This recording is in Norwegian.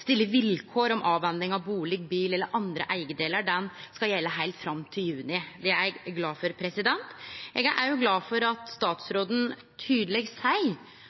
stille vilkår om avhending av bustad, bil eller andre eigedelar, skal gjelde heilt fram til juni. Det er eg glad for. Eg er òg glad for at statsråden tydeleg seier